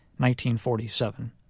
1947